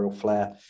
flair